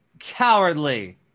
cowardly